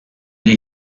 the